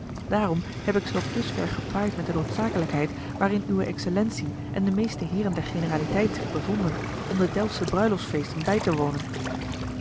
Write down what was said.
daarom heb ik ze tot dusver gepaaid met de noodzakelijkheid waarin uwe excellentie en de meeste heeren der generaliteit zich bevonden om de delftsche bruiloftsfeesten bij te wonen